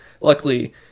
Luckily